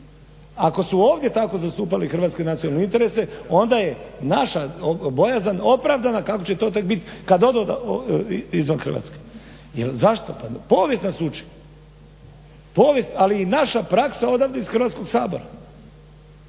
Ako su ovdje tako zastupali hrvatske nacionalne interese onda je naša bojazan opravdana kako će to tek biti kad odu izvan Hrvatske. Jer zašto? Pa povijest nas uči, povijest ali i naša praksa odavde iz Hrvatskog sabora